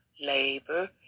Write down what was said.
labor